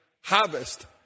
harvest